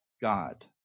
God